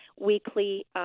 weekly